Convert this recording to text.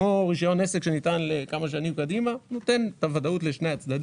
זה כמו רישיון עסק שניתן לכמה שנים קדימה ונותן ודאות לשני הצדדים.